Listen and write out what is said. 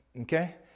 Okay